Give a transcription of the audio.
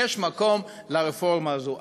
יש מקום לרפורמה הזאת.